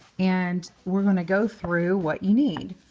and we're going to go through what you need.